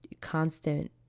constant